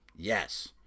Yes